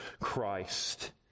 Christ